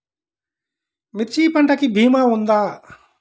మిర్చి పంటకి భీమా ఉందా?